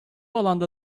alanda